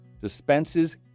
dispenses